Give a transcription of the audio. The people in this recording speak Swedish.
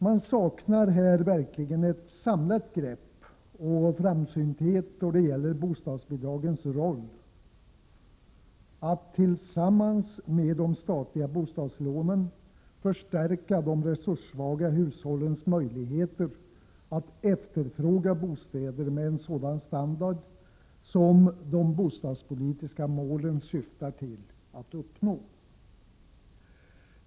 Man saknar här verkligen ett samlat grepp och framsynthet då det gäller bostadsbidragens roll: att tillsammans med de statliga bostadslånen förstärka de resurssvaga hushållens möjligheter att efterfråga bostäder med sådan standard som bostadspolitiken syftar till.